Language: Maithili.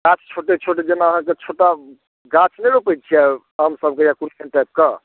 गाछ छोटे छोटे जेना अहाँकेँ छोटा गाछ नहि रोपै छियै आमसभके या कोनो एहन टाइपके